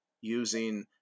using